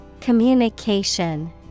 communication